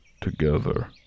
Together